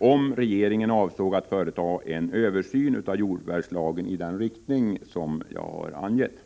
om regeringen avsåg att företa en översyn av jordförvärvslagen i den riktning som jag har angett.